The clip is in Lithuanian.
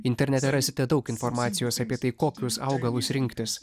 internete rasite daug informacijos apie tai kokius augalus rinktis